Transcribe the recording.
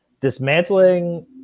dismantling